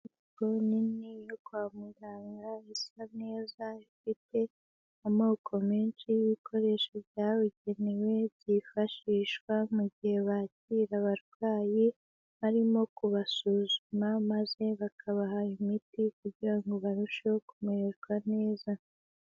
Inyubako nini yo kwa muganga isa neza ifite amoko menshi y'ibikoresho byabugenewe byifashishwa mu gihe bakira abarwayi barimo kubasuzuma maze bakabaha imiti kugira ngo barusheho kumererwa neza.